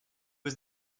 was